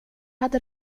hade